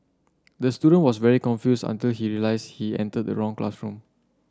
the student was very confused until he realised he entered the wrong classroom